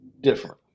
different